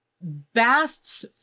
Bast's